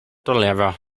deliver